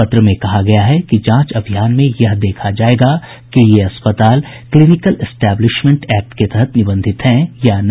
पत्र में कहा गया है कि जांच अभियान में यह देखा जायेगा कि ये अस्पताल क्लिनिकल स्टैबलिश्टमेंट एक्ट के तहत निबंधित हैं या नहीं